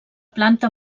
planta